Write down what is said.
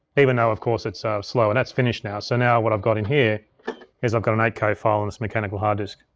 even though of course, it's slow. and that's finished now, so now what i've got in here is i've got an eight k file on this mechanical hard disk.